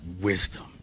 wisdom